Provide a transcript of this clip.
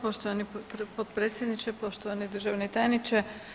Poštovani potpredsjedniče, poštovani državni tajniče.